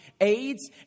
AIDS